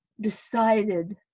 decided